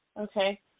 Okay